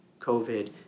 COVID